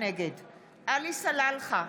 נגד עלי סלאלחה,